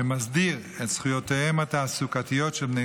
שמסדיר את זכויותיהם התעסוקתיות של בני